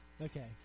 Okay